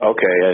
Okay